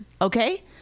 okay